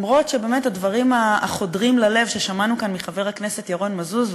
גם אם באמת הדברים החודרים ללב ששמענו כאן מחבר הכנסת ירון מזוז,